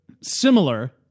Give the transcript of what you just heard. similar